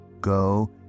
Go